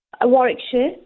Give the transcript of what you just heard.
Warwickshire